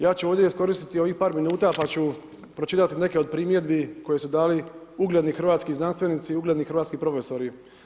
Ja ću ovdje iskoristiti ovih par minuta, pa ću pročitati neke od primjedbi koji su dali ugledni hrvatski znanstvenici i ugledni hrvatski profesori.